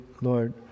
Lord